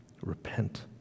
Repent